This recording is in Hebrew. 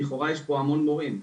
לכאורה יש לנו המון מורים.